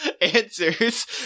answers